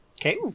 Okay